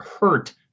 hurt